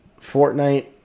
Fortnite